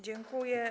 Dziękuję.